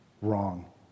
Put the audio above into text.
Wrong